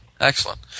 excellent